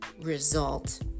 result